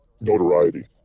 notoriety